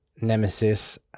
Nemesis